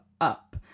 up